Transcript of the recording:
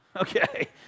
Okay